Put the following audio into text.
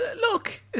look